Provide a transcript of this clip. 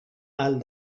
ahal